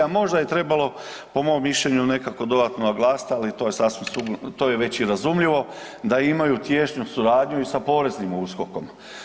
Možda je trebalo po mom mišljenju ili nekako dodatno naglasiti, ali to je sasvim .../nerazumljivo/... to je već i razumljivo da imaju tijesnu suradnju i sa poreznim USKOK-om.